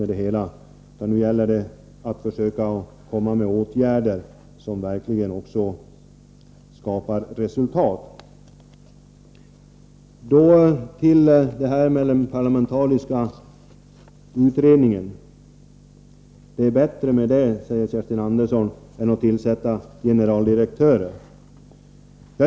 Det gäller ju att vidta åtgärder som verkligen ger resultat. Kerstin Andersson sade vidare att det är bättre med en parlamentarisk utredning än att tillsätta en rad generaldirektörer.